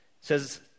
says